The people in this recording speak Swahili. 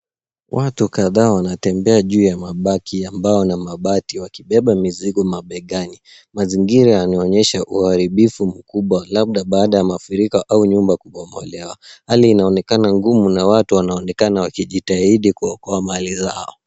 Watu kadhaa wanatembea juu ya mabaki ya mbao na mabati wakibeba mizigo mabegani. Mazingira yanaonyesha uharibifu mkubwa, labda baada ya mafuriko au nyumba kubomolewa. Hali hii inaonekana ngumu na watu wanaonekana wakijitahidi kuokoa mali zao.